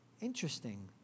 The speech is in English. interesting